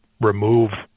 remove